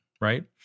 right